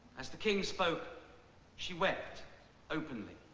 as the king spoke she wept openly